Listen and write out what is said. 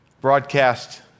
broadcast